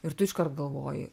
ir tu iškart galvoji